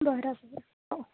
बरं बरं हो